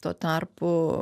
tuo tarpu